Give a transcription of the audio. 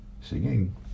singing